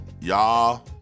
y'all